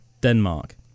Denmark